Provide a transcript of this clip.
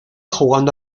jugando